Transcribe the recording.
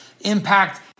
impact